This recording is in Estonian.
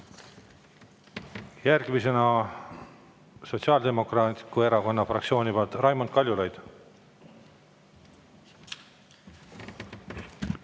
Järgmisena Sotsiaaldemokraatliku Erakonna fraktsiooni nimel Raimond Kaljulaid.